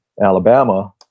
Alabama